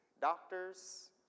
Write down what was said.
doctors